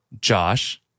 Josh